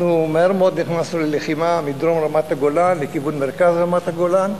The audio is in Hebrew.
מהר מאוד נכנסתי ללחימה מדרום רמת-הגולן לכיוון מרכז רמת-הגולן.